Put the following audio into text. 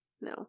No